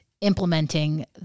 implementing